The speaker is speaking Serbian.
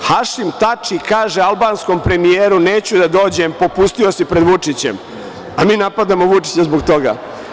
Hašim Tači kaže albanskom premijeru - neću da dođem, popustio si pred Vučićem, a mi napadamo Vučića zbog toga.